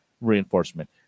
reinforcement